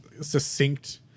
succinct